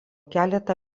keletą